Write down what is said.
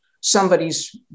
somebody's